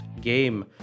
game